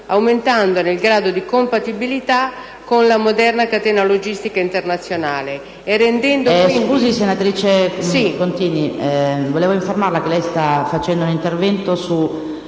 aumentandone il grado di compatibilità con la moderna catena logistica internazionale,